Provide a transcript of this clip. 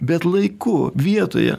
bet laiku vietoje